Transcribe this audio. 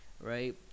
right